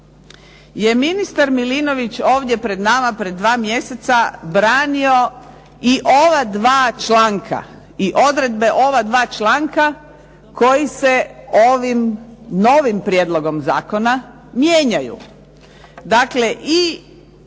je ministar Milinović ovdje pred nama pred dva mjeseca branio i ova dva članka i odredbe ova dva članka koji se ovim novim prijedlogom zakona mijenjaju.